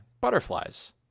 Butterflies